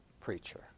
preacher